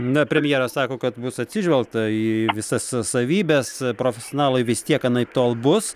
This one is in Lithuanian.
na premjeras sako kad bus atsižvelgta į visas s savybes profesionalai vis tiek anaiptol bus